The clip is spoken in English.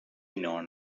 known